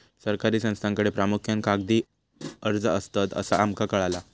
सरकारी संस्थांकडे प्रामुख्यान कागदी अर्ज असतत, असा आमका कळाला